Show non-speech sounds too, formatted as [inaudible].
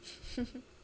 [laughs]